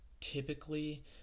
typically